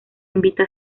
invita